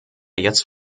jetzt